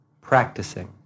practicing